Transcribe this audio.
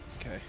okay